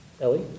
Ellie